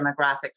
demographic